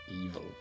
evil